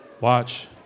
Watch